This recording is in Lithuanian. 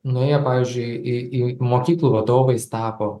nuėjo pavyzdžiui į į mokyklų vadovais tapo